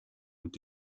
mit